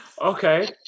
Okay